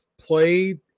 played